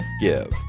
give